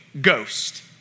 ghost